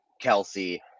Kelsey